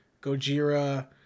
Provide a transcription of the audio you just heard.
gojira